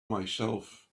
myself